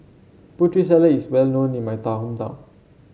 Putri Salad is well known in my hometown